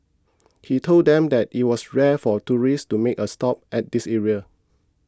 he told them that it was rare for tourists to make a stop at this area